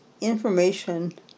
information